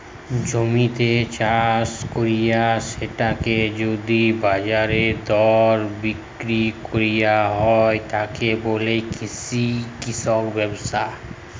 জমিতে চাস কইরে সেটাকে যদি বাজারের দরে বিক্রি কইর হয়, তাকে বলে কৃষি ব্যবসা